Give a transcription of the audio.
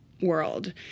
world